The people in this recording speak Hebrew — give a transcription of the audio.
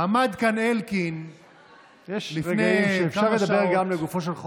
עמד כאן אלקין לפני כמה שעות.